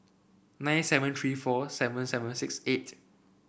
nine seven three four seven seven six eight